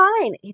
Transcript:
fine